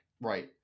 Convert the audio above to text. Right